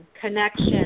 connection